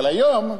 אבל היום,